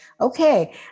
okay